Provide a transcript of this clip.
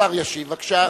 השר ישיב, בבקשה.